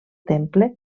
temple